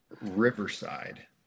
Riverside